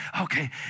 okay